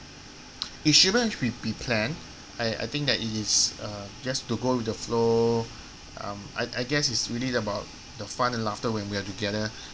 it shouldn't be be planned I I think that it is uh just to go with the flow um I I guess its really about the fun and laughter when we are together